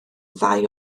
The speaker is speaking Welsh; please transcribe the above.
ddau